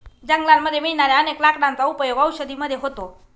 जंगलामध्ये मिळणाऱ्या अनेक लाकडांचा उपयोग औषधी मध्ये होतो